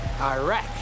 Iraq